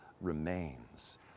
remains